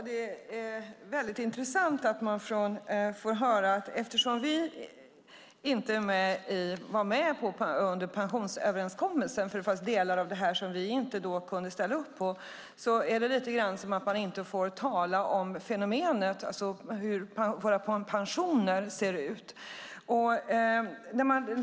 Herr talman! Det är intressant att höra det som sägs. Eftersom vi inte var med på pensionsöverenskommelsen - det fanns delar i den som vi inte kunde ställa upp på - känns det lite grann som om man inte får tala om fenomenet, alltså hur våra pensioner ser ut.